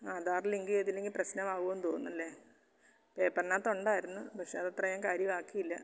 Aadhaar link ചെയ്തില്ലെങ്കിൽ പ്രശ്നമാകുമെന്ന് തോന്നി അല്ലെ പേപ്പറിനകത്ത് ഉണ്ടായിരുന്നു പക്ഷേ അത് അത്രേം ഞാൻ കാര്യമാക്കിയില്ല